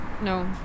no